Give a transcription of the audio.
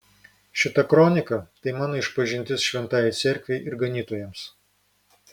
šita kronika tai mano išpažintis šventajai cerkvei ir ganytojams